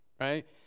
right